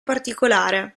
particolare